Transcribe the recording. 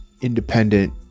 independent